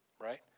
Right